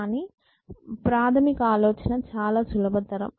కానీ ప్రాథమిక ఆలోచన చాలా సులభతరం